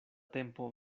tempo